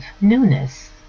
newness